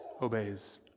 obeys